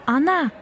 Anna